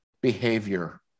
behavior